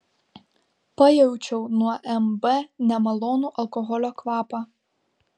pajaučiau nuo mb nemalonų alkoholio kvapą